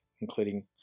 including